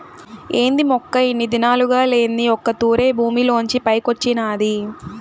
ఏంది మొక్క ఇన్ని దినాలుగా లేంది ఒక్క తూరె భూమిలోంచి పైకొచ్చినాది